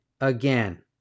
again